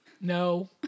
No